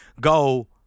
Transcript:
go